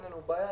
אין לנו בעיה,